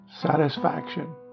Satisfaction